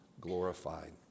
glorified